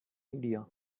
idea